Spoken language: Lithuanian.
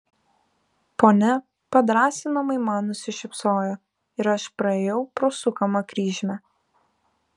ponia padrąsinamai man nusišypsojo ir aš praėjau pro sukamą kryžmę